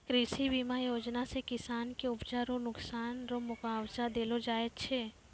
कृषि बीमा योजना से किसान के उपजा रो नुकसान रो मुआबजा देलो जाय छै